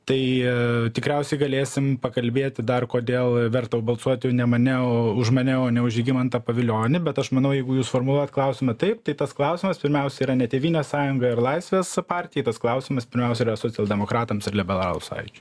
tai tikriausiai galėsim pakalbėti dar kodėl verta balsuoti ne mane o už mane o ne už žygimantą pavilionį bet aš manau jeigu jūs formuluojat klausimą taip tai tas klausimas pirmiausia yra ne tėvynės sąjunga ir laisvės partijai tas klausimas pirmiausia yra socialdemokratams ir liberalų sąjūdžiui